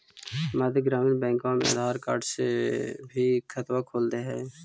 मध्य ग्रामीण बैंकवा मे आधार कार्ड से भी खतवा खोल दे है?